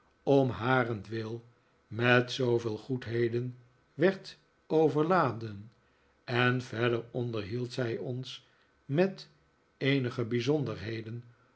om harentwil met zooveel goedheden werd overladen en verder onderhield zij ons met eenige bijzonderheden